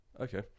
Okay